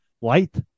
Light